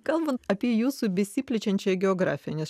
kalbant apie jūsų besiplečiančią geografiją nes